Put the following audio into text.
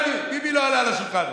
ביבי לא עלה על השולחן.